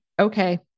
Okay